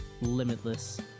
limitless